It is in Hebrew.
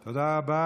תודה רבה.